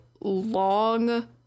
long